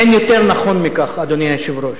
אין יותר נכון מכך, אדוני היושב-ראש.